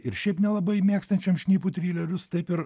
ir šiaip nelabai mėgstančiam šnipų trilerius taip ir